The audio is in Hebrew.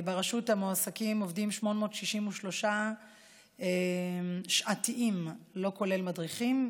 ברשות מועסקים 863 עובדים שעתיים לא כולל מדריכים,